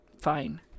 Fine